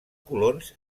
colons